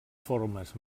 formes